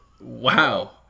Wow